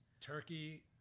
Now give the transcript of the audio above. turkey